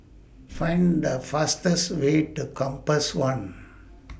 Find The fastest Way to Compass one